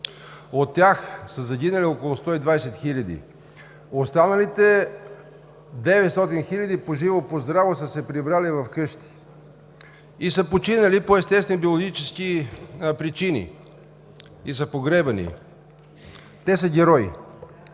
От тях са загинали около 120 хиляди, останалите 900 хиляди по живо, по здраво са се прибрали в къщи и са починали по естествени биологически причини, и са погребани. Те са герои,